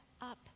up